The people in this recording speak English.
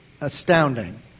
astounding